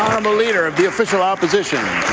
um leader of the official opposition